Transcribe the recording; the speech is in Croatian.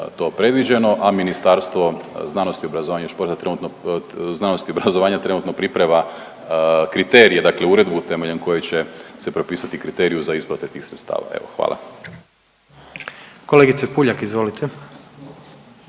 to predviđeno, a Ministarstvo znanosti i obrazovanja trenutno priprema kriterije, dakle uredbu temeljem koje će se propisati kriteriju za isplatu tih sredstava, evo hvala.